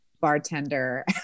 bartender